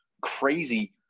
crazy